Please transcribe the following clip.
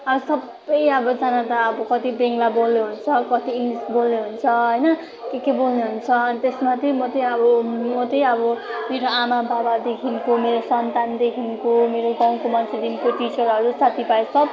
अब सबै अब सँग त अब कति बङ्गला बोल्नुहुन्छ कति इङ्ग्लिस बोल्नुहुन्छ होइन के के बोल्नुहुन्छ त्यसमाथि म चाहिँ अब म चाहिँ अब मेरो आमा बाबादेखिको मेरो सन्तानदेखिको मेरो गाउँको मान्छेदेखिको टिचरहरू साथीभाइहरू सबै